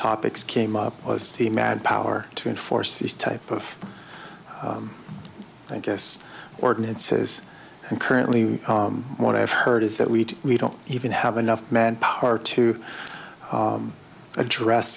topics came up was the manpower to enforce these type of i guess ordinances and currently what i've heard is that we we don't even have enough manpower to address